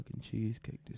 cheesecake